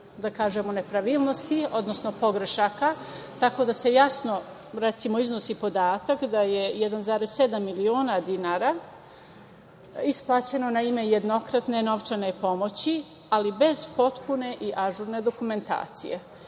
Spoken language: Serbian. uočila niz nepravilnosti, odnosno greški. Recimo, iznosi podatak da je 1,7 miliona dinara isplaćeno na ime jednokratne novčane pomoći, ali bez potpune i ažurne dokumentacije.